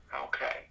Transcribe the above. Okay